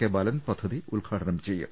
K Balan പദ്ധതി ഉദ്ഘാടനം ചെയ്യും